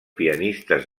pianistes